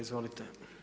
Izvolite.